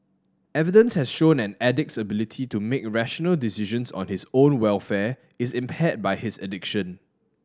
evidence has shown an addict's ability to make rational decisions on his own welfare is impaired by his addiction